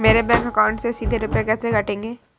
मेरे bank account से सीधे रुपए कैसे कटेंगे?